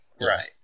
Right